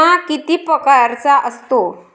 बिमा किती परकारचा असतो?